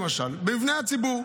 למשל במבני הציבור.